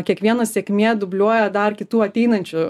kiekviena sėkmė dubliuoja dar kitų ateinančių